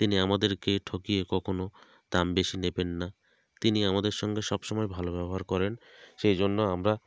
তিনি আমাদেরকে ঠকিয়ে কখনো দাম বেশি নেবেন না তিনি আমাদের সঙ্গে সব সময় ভালো ব্যবহার করেন সেই জন্য আমরা